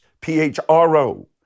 P-H-R-O